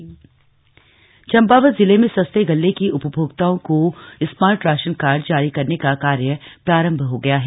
smart ration card Champawat जिले में सस्ते गल्ले की उपभोक्ताओं को स्मार्ट राशन कार्ड जारी करने का कार्य प्रारम्भ हो गया है